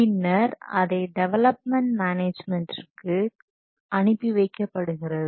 பின்னர் அதை டெவலப்மென்ட் மேனேஜ்மென்டிற்கு அனுப்பி வைக்கப்படுகிறது